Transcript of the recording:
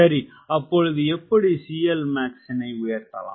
சரி அப்பொழுது எப்படி CLmax இனை உயர்த்தலாம்